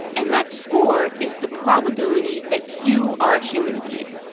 and that score is the probability that you are a human being.